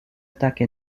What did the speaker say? attaque